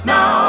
Now